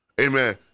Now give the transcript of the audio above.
Amen